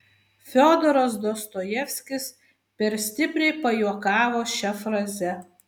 fiodoras dostojevskis per stipriai pajuokavo šia fraze